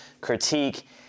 critique